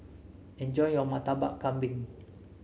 enjoy your Murtabak Kambing